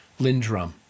Lindrum